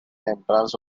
entrance